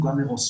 הוא גם ארוסולי,